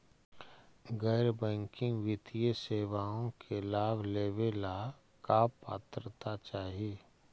गैर बैंकिंग वित्तीय सेवाओं के लाभ लेवेला का पात्रता चाही?